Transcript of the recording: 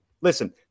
Listen